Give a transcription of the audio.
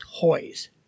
toys